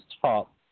top